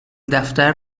دفتر